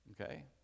Okay